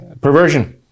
perversion